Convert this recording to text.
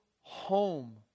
home